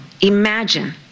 Imagine